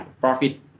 profit